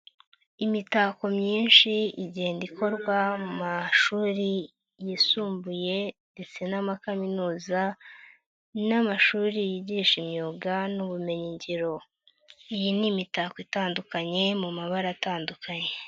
Imitako myinshi igenda ikorwa mu mashuri yisumbuye ndetse n'ama kaminuza n'amashuri yigisha imyuga n'ubumenyingiro. Iyi n'imitako itandukanye mu mabara atandukanye.